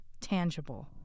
tangible